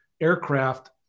aircraft